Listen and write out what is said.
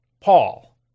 Paul